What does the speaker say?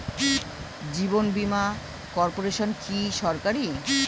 জীবন বীমা কর্পোরেশন কি সরকারি?